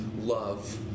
love